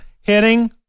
Hitting